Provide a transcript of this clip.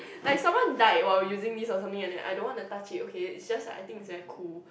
like someone died while using this or something like that okay I don't want to touch it okay it's just like I think is very cool